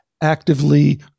actively